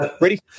ready